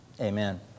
Amen